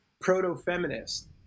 proto-feminist